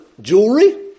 jewelry